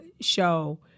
show